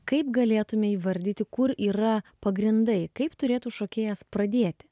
kaip galėtume įvardyti kur yra pagrindai kaip turėtų šokėjas pradėti